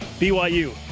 BYU